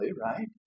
right